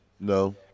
No